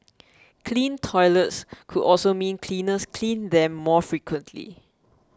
clean toilets could also mean cleaners clean them more frequently